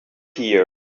here